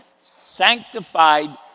sanctified